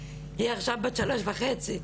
עכשיו היא בת שלוש וחצי.